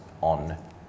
on